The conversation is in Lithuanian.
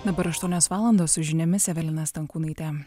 dabar aštuonios valandos su žiniomis evelina stankūnaitė